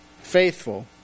faithful